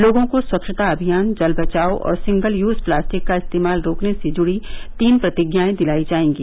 लोगों को स्वच्छता अभियान जल बचाओ और सिंगल यूज प्लास्टिक का इस्तेमाल रोकने से जुड़ी तीन प्रतिज्ञाएं दिलाई जाएंगी